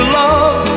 love